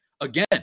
again